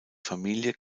familie